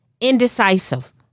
Indecisive